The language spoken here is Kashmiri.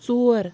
ژور